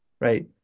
Right